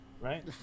Right